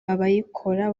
abayikora